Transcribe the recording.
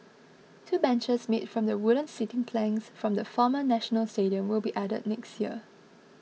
two benches made from the wooden seating planks from the former National Stadium will be added next year